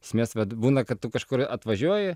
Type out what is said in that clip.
esmės vat būna kad tu kažkur atvažiuoji